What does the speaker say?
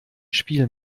spiel